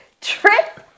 trip